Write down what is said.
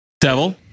Devil